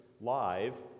live